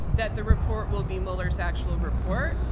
that the report will be mueller's actual report,